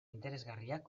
interesgarriak